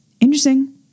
Interesting